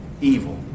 evil